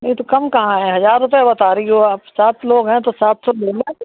वह तो कम कहाँ है हज़ार रुपये बता रही हो आप सात लोग हैं तो सात सौ ले लो